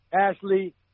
Ashley